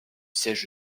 siège